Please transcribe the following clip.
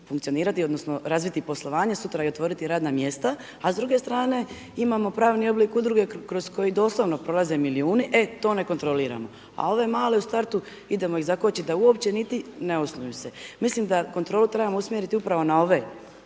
funkcionirati, odnosno razviti poslovanje sutra i otvoriti radne mjesta a s druge strane imamo pravni oblik udruge kroz koji doslovno prolaze milijuni, e to ne kontroliramo a ove male u startu idemo ih zakočiti da uopće niti ne osnuju se. Mislim da kontrolu trebamo usmjeriti upravo na ove